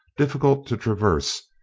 difficult to traverse,